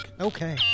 Okay